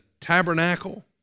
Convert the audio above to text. tabernacle